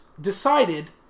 decided